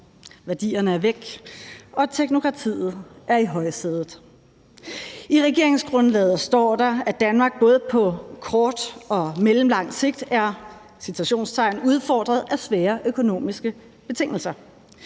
Værdierne er væk, og teknokratiet er i højsædet. I regeringsgrundlaget står der, at Danmark både på kort og mellemlang sigt er »... udfordret af svære økonomiske betingelser.«